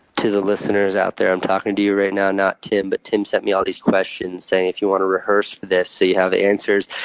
to the listeners out there, i'm talking to you right now not tim. but tim sent me all these questions saying, if you want to rehearse for this so you have answers.